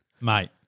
mate